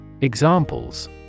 Examples